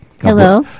Hello